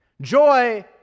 Joy